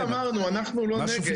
כמו שאמרנו, אנחנו לא נגד.